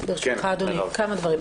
ברשותך, אדוני, כמה דברים.